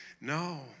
no